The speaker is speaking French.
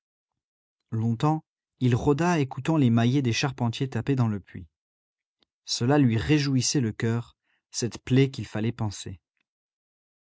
longtemps il rôda écoutant les maillets des charpentiers taper dans le puits cela lui réjouissait le coeur cette plaie qu'il fallait panser